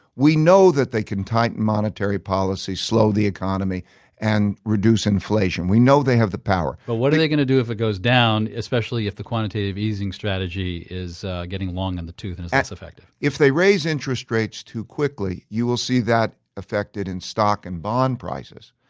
we know that they can tighten monetary policy, slow the economy and reduce inflation. we know they have the power but what are they going to do if it goes down, especially if the quantitative easing strategy is getting long in and the tooth and is less effective? if they raise interest rates too quickly, you will see that affected in stock and bond prices.